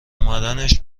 اومدنش